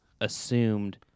assumed